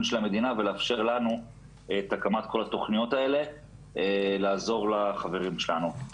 של המדינה ולאפשר לנו את הקמת כל התוכניות האלה לעזור לחברים שלנו.